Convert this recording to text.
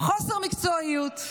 חוסר מקצועיות,